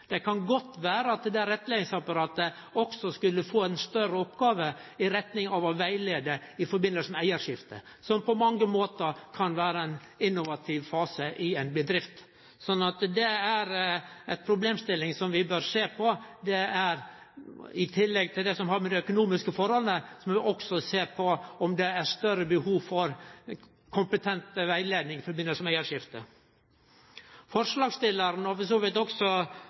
Det kan godt vere at det rettleiingsapparatet også skulle få ei større oppgåve i retning av å rettleie i samband med eigarskifte, som på mange måtar kan vere ein innovativ fase i ei bedrift. Ei problemstilling som vi bør sjå på, i tillegg til det som har med dei økonomiske forholda å gjere, er om det er eit større behov for kompetent rettleiing i samband med eigarskifte. Forslagsstillarane, og for så vidt også